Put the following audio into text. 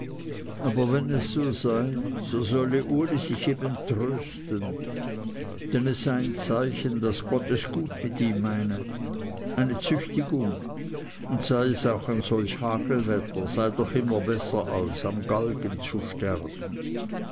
aber wenn es so sei so solle uli sich eben trösten denn es sei ein zeichen daß gott es gut mit ihm meine eine züchtigung und sei es auch ein solch hagelwetter sei doch immer besser als am galgen zu sterben